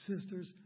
sisters